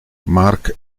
mark